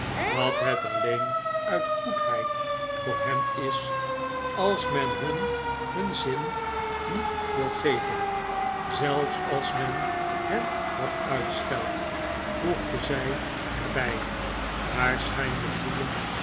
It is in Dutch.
dat het alleen uit goedheid voor hen is als men hun nun zin niet wil geven zelfs als men hen wat uitscheldt voegde zij er bij waarschijnlijk doelend